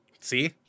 See